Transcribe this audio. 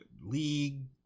league